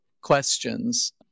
questions